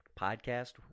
podcast